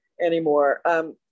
anymore